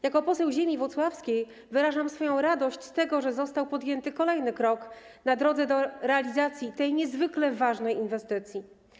Jako poseł ziemi włocławskiej wyrażam swoją radość z tego, że został podjęty kolejny krok na drodze do realizacji tej niezwykle ważnej inwestycji.